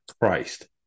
Christ